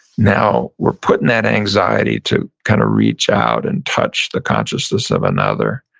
now we're putting that anxiety to kind of reach out and touch the consciousness of another.